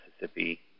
Mississippi